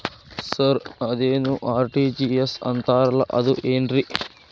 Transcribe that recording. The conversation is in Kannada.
ಸರ್ ಅದೇನು ಆರ್.ಟಿ.ಜಿ.ಎಸ್ ಅಂತಾರಲಾ ಅದು ಏನ್ರಿ?